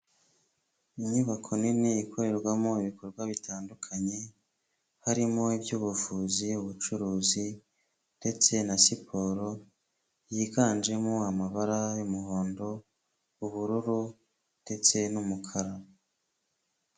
Inyubako nini ikorerwamo ibikorwa bitandukanye harimo: iby'ubuvuzi, ubucuruzi ndetse na siporo yiganjemo amabara y'umuhondo, ubururu ndetse n'umukara.